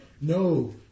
No